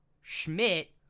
Schmidt